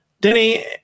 Denny